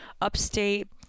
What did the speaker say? upstate